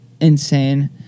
insane